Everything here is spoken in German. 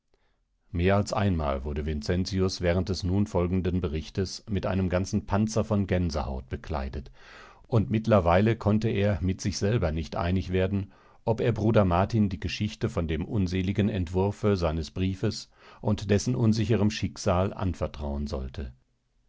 mehr als einmal wurde vincentius während des nun folgenden berichtes mit einem ganzen panzer von gänsehaut bekleidet und mittlerweile konnte er mit sich selber nicht einig werden ob er bruder martin die geschichte von dem unseligen entwurfe seines briefes und dessen unsicherem schicksal anvertrauen sollte